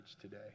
today